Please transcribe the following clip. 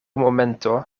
momento